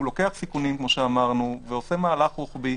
הוא לוקח סיכונים, כמו שאמרנו, ועושה מהלך רוחבי.